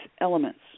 elements